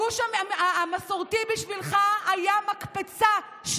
הגוש המסורתי בשבילך היה מקפצה,